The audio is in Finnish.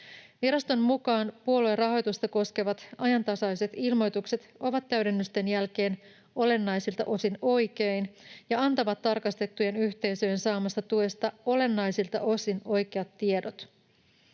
Viraston mukaan puoluerahoitusta koskevat ajantasaiset ilmoitukset ovat täydennysten jälkeen olennaisilta osin oikein ja antavat tarkastettujen yhteisöjen saamasta tuesta olennaisilta osin oikeat tiedot.